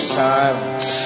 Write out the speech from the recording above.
silence